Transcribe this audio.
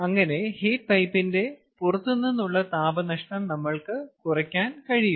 അങ്ങനെ ഹീറ്റ് പൈപ്പിന്റെ പുറത്തു നിന്നുള്ള താപനഷ്ടം നമ്മൾക്ക് കുറയ്ക്കാൻ കഴിയുന്നു